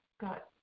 got